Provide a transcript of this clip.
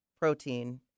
protein